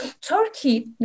Turkey